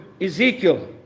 Ezekiel